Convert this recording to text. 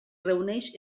reuneix